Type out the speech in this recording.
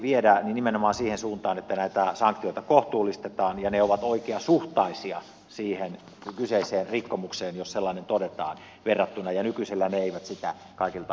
nimenomaan siihen suuntaan että näitä sanktioita kohtuullistetaan ja että ne ovat oikeasuhtaisia siihen kyseiseen rikkomukseen verrattuna jos sellainen todetaan ja nykyisellään ne eivät sitä kaikilta osin ole